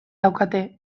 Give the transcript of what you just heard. daukate